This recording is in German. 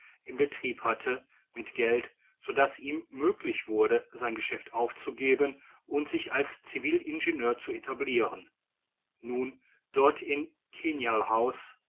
in betrieb hatte mit geld so daß es ihm möglich wurde sein geschäft aufzugeben und sich als civilingenieur zu etabliren nun dort in